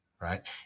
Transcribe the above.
right